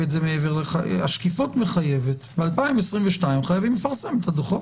השקיפות מחייבת, ב-2022 חייבים לפרסם את הדוחות.